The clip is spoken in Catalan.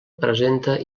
presenta